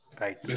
Right